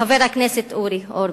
חבר הכנסת אורי אורבך,